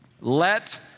let